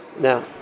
Now